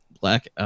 black